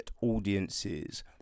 audiences